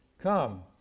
Come